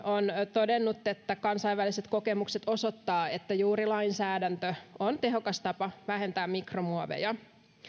todennut että kansainväliset kokemukset osoittavat että juuri lainsäädäntö on tehokas tapa vähentää mikromuoveja